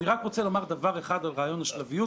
אני רק רוצה לומר דבר אחד על רעיון השלביות,